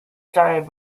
started